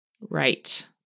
Right